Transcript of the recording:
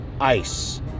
ICE